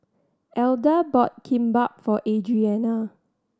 Alda bought Kimbap for Adrianna